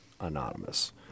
anonymous